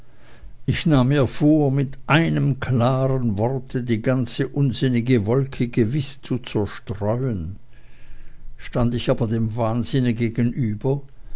ich nahm mir vor mit einem klaren worte die ganze unsinnige wolke gewiß zu zerstreuen stand ich aber dem wahnsinne gegenüber